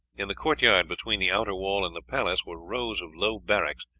in the court-yard between the outer wall and the palace were rows of low barracks,